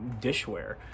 dishware